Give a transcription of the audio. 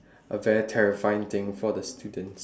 a very terrifying thing for the students